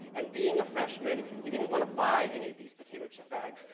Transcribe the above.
and being a freshman, he didn't wanna buy any of these potato chip bags.